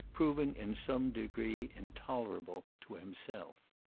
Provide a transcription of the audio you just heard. proving in some degree intolerable, to himself.